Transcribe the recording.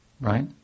right